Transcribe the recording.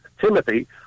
Timothy